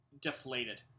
deflated